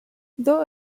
though